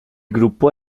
gruppo